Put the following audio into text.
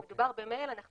כשמדובר במייל אנחנו